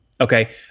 Okay